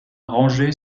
rangé